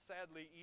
Sadly